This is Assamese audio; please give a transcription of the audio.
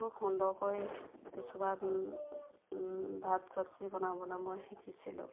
খুব সুন্দৰকৈ কিছুমান ভাত চব্জি বনাবলৈ মই শিকিছিলোঁ